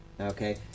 Okay